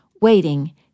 waiting